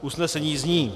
Usnesení zní: